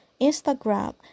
instagram